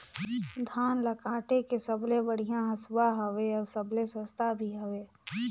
धान ल काटे के सबले बढ़िया हंसुवा हवये? अउ सबले सस्ता भी हवे?